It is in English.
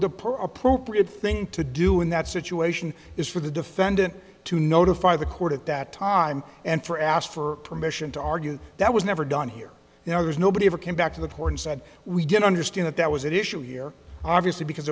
per appropriate thing to do and that situation is for the defendant to notify the court at that time and for ask for permission to argue that was never done here now there's nobody ever came back to the porn side we didn't understand that that was at issue here obviously because